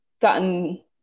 gotten